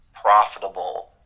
profitable